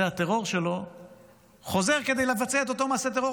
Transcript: הטרור שלו חוזר כדי לבצע את אותו מעשה הטרור